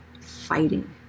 fighting